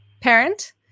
parent